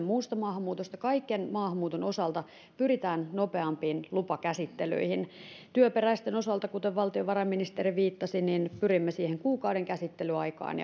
muusta maahanmuutosta kaiken maahanmuuton osalta pyritään nopeampiin lupakäsittelyihin työperäisten osalta kuten valtiovarainministeri viittasi pyrimme siihen kuukauden käsittelyaikaan